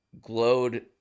glowed